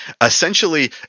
essentially